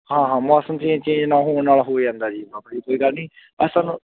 ਹਾਂ ਹਾਂ ਮੌਸਮ ਚੇਂਜ ਚੇਂਜ ਨਾ ਹੋਣ ਨਾਲ ਹੋ ਜਾਂਦਾ ਜੀ ਬਾਬਾ ਜੀ ਕੋਈ ਗੱਲ ਨਹੀਂ ਅਸੀਂ ਤੁਹਾਨੂੰ